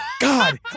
God